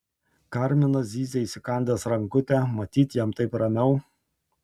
karminas zyzia įsikandęs rankutę matyt jam taip ramiau